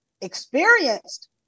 experienced